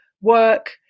work